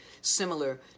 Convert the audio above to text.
similar